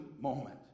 moment